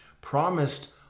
promised